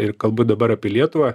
ir kalbu dabar apie lietuvą